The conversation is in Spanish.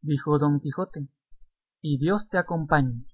dijo don quijote y dios te acompañe